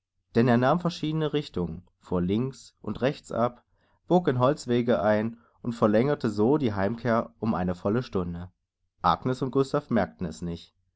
denn er nahm verschiedene richtungen fuhr links und rechts ab bog in holzwege ein und verlängerte so die heimkehr um eine volle stunde agnes und gustav merkten es nicht